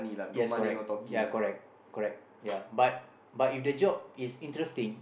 yes correct ya correct correct ya but but if the job is interesting